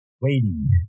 waiting